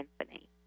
symphony